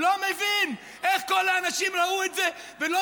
לא מבין איך כל האנשים ראו את זה ולא